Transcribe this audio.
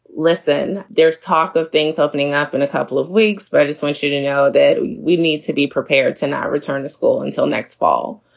listen, there's talk of things opening up in a couple of weeks, but i just want you to know that we need to be prepared to not return to school until next fall.